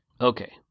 Okay